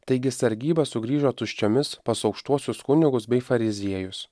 taigi sargyba sugrįžo tuščiomis pas aukštuosius kunigus bei fariziejus